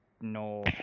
no